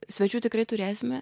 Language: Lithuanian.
svečių tikrai turėsime